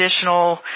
additional